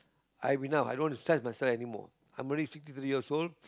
I have enough i don't want to stress myself anymore I'm already sixty three years old